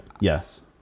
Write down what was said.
Yes